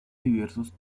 diversos